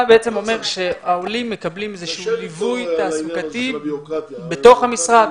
אתה בעצם אומר שהעולים מקבלים איזשהו ליווי תעסוקתי בתוך המשרד,